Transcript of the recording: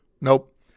Nope